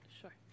sure